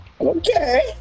Okay